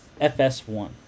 FS1